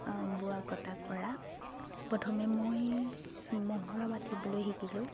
বোৱা কটা কৰা প্ৰথমে মই মহুৰা বাতিবলৈ শিকিলোঁ